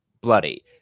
bloody